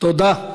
תודה.